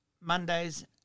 Mondays